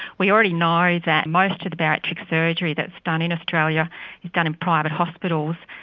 we already know that most of the bariatric surgery that's done in australia is done in private hospitals.